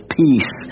peace